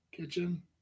kitchen